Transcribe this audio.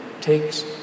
takes